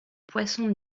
poissons